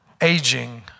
aging